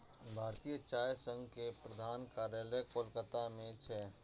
भारतीय चाय संघ के प्रधान कार्यालय कोलकाता मे छै